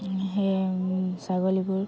সেয়ে ছাগলীবোৰ